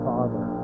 Father